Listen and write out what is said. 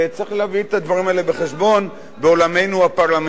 וצריך להביא את הדברים האלה בחשבון בעולמנו הפרלמנטרי.